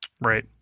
Right